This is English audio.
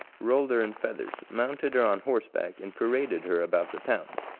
rolled her in feathers, mounted her on horseback, and paraded her about the town.